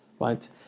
Right